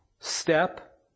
step